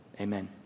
Amen